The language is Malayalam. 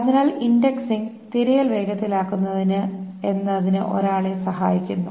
അതിനാൽ ഇൻഡെക്സിംഗ് തിരയൽ വേഗത്തിലാക്കുന്നതിന് എന്നതാണ് ഒരാളെ സഹായിക്കുന്നു